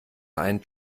einen